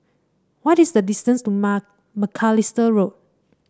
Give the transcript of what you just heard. what is the distance to Macalister Road